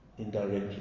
Indirectly